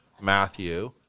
Matthew